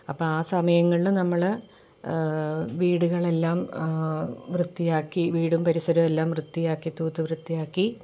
അപ്പം ആ സമയങ്ങളിൽ നമ്മൾ വീടുകളെല്ലാം വൃത്തിയാക്കി വീടും പരിസരവും എല്ലാം വൃത്തിയാക്കി തൂത്ത് വൃത്തിയാക്കി